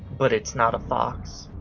but it's not a fox.